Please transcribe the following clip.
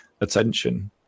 attention